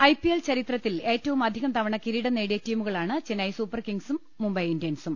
IPL ചരിത്രത്തിൽ ഏറ്റവും അധികം തവണ കിരീടം നേടിയ ടീമുകളാണ് ചെന്നൈ സൂപ്പർകിങ്ങ്സും മുംബൈ ഇന്ത്യൻസും